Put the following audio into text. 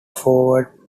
forward